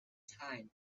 time